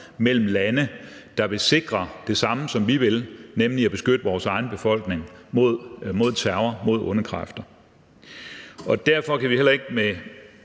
til lande, der vil sikre det samme, som vi vil, nemlig at beskytte sin egen befolkning mod terror, mod onde kræfter. Derfor kan vi heller ikke med